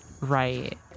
right